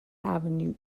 avenue